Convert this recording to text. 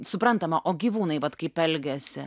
suprantama o gyvūnai vat kaip elgiasi